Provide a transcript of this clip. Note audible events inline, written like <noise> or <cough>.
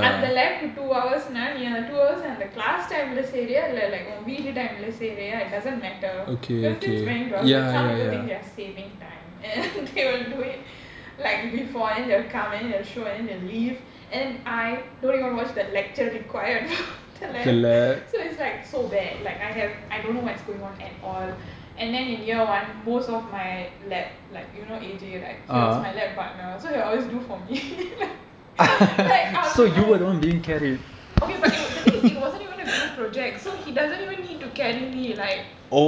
அந்த:antha the lab for two hours நீஅந்த:nee antha two hours அந்த:antha class time lah செய்யிறியாவீட்டுடைம்லசெய்யிறியா:seiyiriya veedtu timela seiyiriya it doesn't matter but some people think they are saving time and then they will do it like before then they will come and then they will show and then they'll leave and then I don't even watch the lecture required for the lab so it's like so bad like I have I don't know what's going on at all and then in year one most of my lab like you know A J right he was my lab partner so he'll always do for me <laughs> like I'll be like okay but it w~ the thing is it wasn't even a group project so he doesn't even need to carry me like